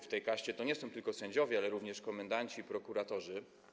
W tej kaście są nie tylko sędziowie, ale również komendanci i prokuratorzy.